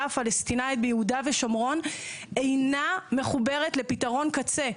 הפלסטינית ביהודה ושומרון אינה מחוברת לפתרון קצה.